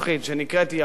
שנקראת "יוון",